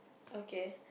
okay